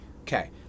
Okay